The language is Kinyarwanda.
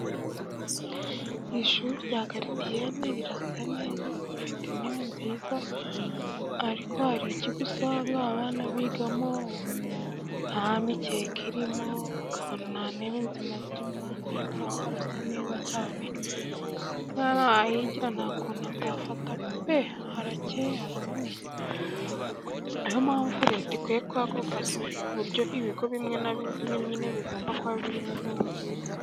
Iri shuri rya garidiyeni, rirasa neza bafite intebe nziza, ariko hari ikigo usanga, abana bigamo, ntamikeka irimo, ukabona ntantebe nzima zirimo, ariko ahaho harasa neza cyane, umwana wahigira, ntakuntu atafata pe, harakeye haraboneye. Niyo mpamvu leta ikwiye kuhakorwa ku buryo ibigo bimwe na bimwe nyine bigomba kuba birimo inkuru nziza.